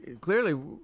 clearly